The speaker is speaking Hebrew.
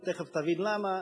ותיכף תבין למה.